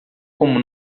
como